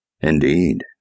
Indeed